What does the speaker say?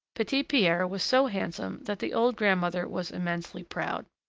petit-pierre was so handsome that the old grandmother was immensely proud.